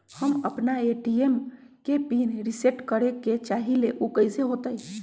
हम अपना ए.टी.एम के पिन रिसेट करे के चाहईले उ कईसे होतई?